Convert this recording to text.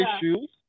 issues